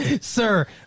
Sir